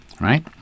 right